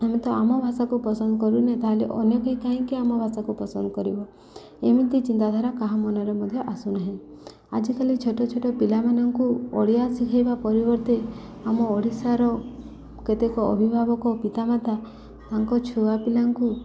ଆମେ ତ ଆମ ଭାଷାକୁ ପସନ୍ଦ କରୁନେ ତା'ହେଲେ ଅନ୍ୟକେହି କାହିଁକି ଆମ ଭାଷାକୁ ପସନ୍ଦ କରିବ ଏମିତି ଚିନ୍ତାଧାରା କାହା ମନରେ ମଧ୍ୟ ଆସୁନାହିଁ ଆଜିକାଲି ଛୋଟ ଛୋଟ ପିଲାମାନଙ୍କୁ ଓଡ଼ିଆ ଶିଖେଇବା ପରିବର୍ତ୍ତେ ଆମ ଓଡ଼ିଶାର କେତେକ ଅଭିଭାବକ ପିତାମାତା ତାଙ୍କ ଛୁଆ ପିଲାଙ୍କୁ